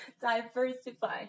diversify